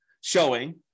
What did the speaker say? showing